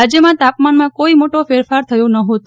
રાજ્યમાં તાપમાનમાં કોઈ મોટો ફેરફાર થયો નહતો